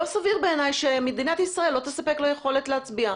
לא סביר בעיני שמדינת ישראל לא תספק לו יכולת להצביע.